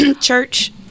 church